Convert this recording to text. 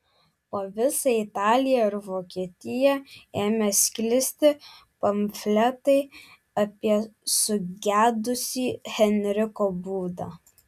po visą italiją ir vokietiją ėmė sklisti pamfletai apie sugedusį henriko būdą